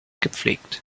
gepflegt